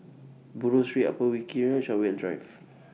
Buroh Street Upper Wilkie Road Chartwell Drive